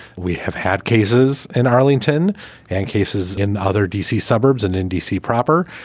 we have had cases in arlington and cases in other d c. suburbs and in d c. proper.